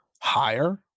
higher